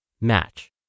match